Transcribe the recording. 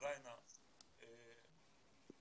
עוד פעם,